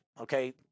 Okay